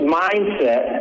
mindset